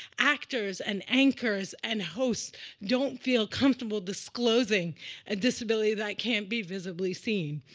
actors and anchors and hosts don't feel comfortable disclosing a disability that can't be visibly seen.